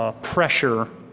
ah pressure